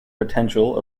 potential